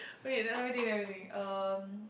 wait then let me think let me think um